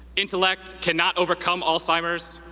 intellect cannot overcome alzheimer's,